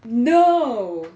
no